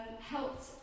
helped